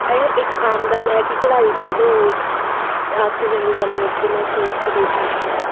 ਇਹ ਇੱਕ ਆਮ ਗੱਲ ਹੈ ਕਿ ਚੜਾਈ ਚੜਦੇ ਹੋਏ ਆਕਸੀਜਨ ਦੀ ਕਮੀ ਉੱਥੇ ਮਹਿਸੂਸ ਜ਼ਰੂਰ ਹੁੰਦੀ ਹੈ